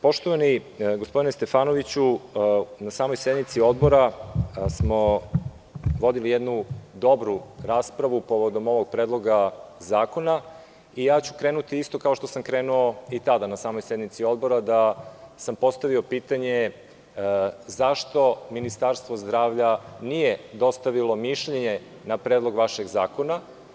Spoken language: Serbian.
Poštovani gospodine Stefanoviću, na samoj sednici Odbora smo vodili jednu dobru raspravu povodom Predloga zakona i krenuću isto kao što sam krenuo i tada na samoj sednici Odbora kada sam postavio pitanje – zašto Ministarstvo zdravlja nije dostavilo mišljenje na Predlog zakona?